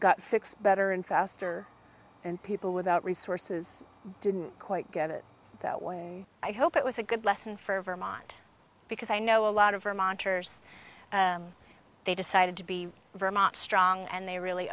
got six better and faster and people without resources didn't quite get it that way i hope it was a good lesson for vermont because i know a lot of vermonters they decided to be very much strong and they really